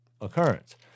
occurrence